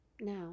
Now